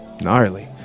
Gnarly